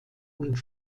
und